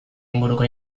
inguruko